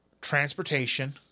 Transportation